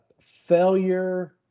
failure